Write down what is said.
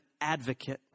advocate